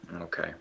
Okay